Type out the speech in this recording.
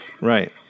Right